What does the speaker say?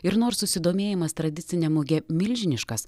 ir nors susidomėjimas tradicine muge milžiniškas